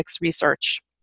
Research